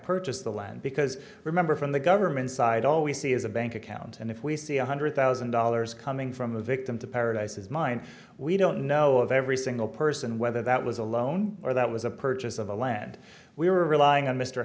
purchased the land because remember from the government side all we see is a bank account and if we see one hundred thousand dollars coming from a victim to paradises mind we don't know of every single person whether that was a loan or that was a purchase of the land we were relying on mr